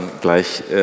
gleich